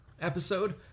episode